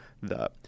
the-